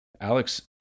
Alex